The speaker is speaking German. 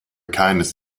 keines